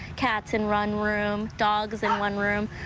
cats and run room dogs in one room.